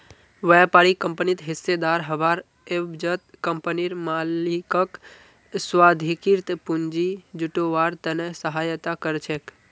व्यापारी कंपनित हिस्सेदार हबार एवजत कंपनीर मालिकक स्वाधिकृत पूंजी जुटव्वार त न सहायता कर छेक